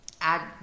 add